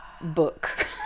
book